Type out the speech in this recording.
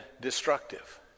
destructive